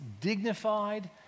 dignified